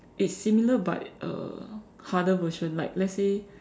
it's similar but uh harder version like let's say